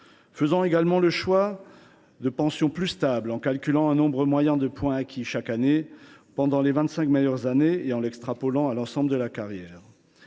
Faisons également le choix de pensions plus stables, en calculant un nombre moyen de points acquis chaque année pendant les vingt cinq meilleures années et en l’extrapolant à l’ensemble de la carrière.